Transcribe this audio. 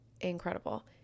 incredible